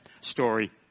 story